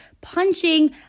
punching